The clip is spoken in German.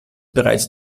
bereits